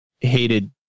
hated